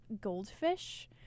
goldfish